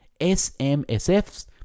SMSFs